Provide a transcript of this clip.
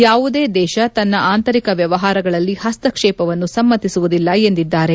ಯಾವುದೇ ದೇಶ ತನ್ನ ಆಂತರಿಕ ವ್ಲವಹಾರಗಳಲ್ಲಿ ಹಸ್ತಕ್ಷೇಪವನ್ನು ಸಮ್ನತಿಸುವುದಿಲ್ಲ ಎಂದಿದ್ದಾರೆ